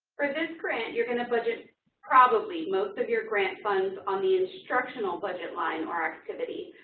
for this grant, you're going to budget probably most of your grant funds on the instructional budget line or activities.